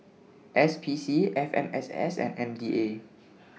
SPC FMSS and MDA